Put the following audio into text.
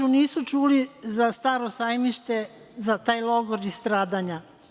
Kažu nisu čuli za Staro Sajmište, za taj logor stradanja.